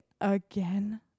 again